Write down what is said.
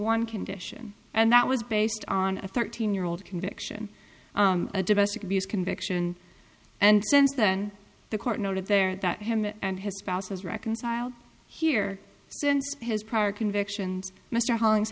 one condition and that was based on a thirteen year old conviction a domestic abuse conviction and since then the court noted there that him and his spouse has reconciled here since his prior convictions mr hollings